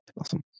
Awesome